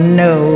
no